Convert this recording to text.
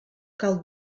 cal